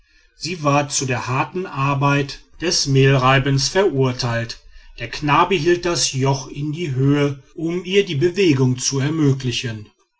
sie war zu der harten arbeit des mehlreibens verurteilt der knabe hielt das joch in die höhe um ihr die bewegung zu ermöglichen